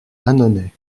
annonay